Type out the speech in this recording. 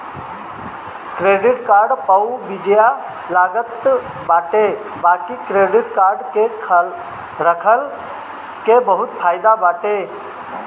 credit card पअ बियाज लागत बाटे बाकी क्क्रेडिट कार्ड के रखला के बहुते फायदा बाटे